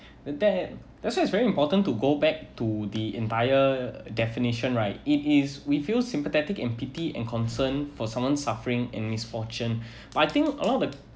that that's why is very important to go back to the entire definition right it is we feel sympathetic and pity and concern for someone suffering in misfortune but I think a lot of